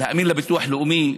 להאמין לביטוח לאומי?